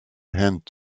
hänt